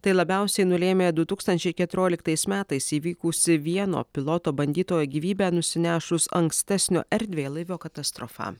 tai labiausiai nulėmė du tūkstančiai keturioliktais metais įvykusi vieno piloto bandytojo gyvybę nusinešus ankstesnio erdvėlaivio katastrofa